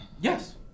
Yes